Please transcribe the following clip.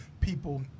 people